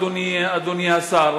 אדוני השר.